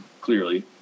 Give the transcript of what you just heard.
clearly